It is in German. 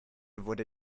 wurde